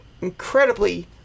incredibly